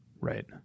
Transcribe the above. Right